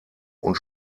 und